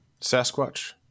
Sasquatch